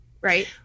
right